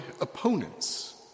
opponents